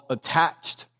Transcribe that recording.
Attached